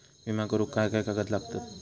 विमा करुक काय काय कागद लागतत?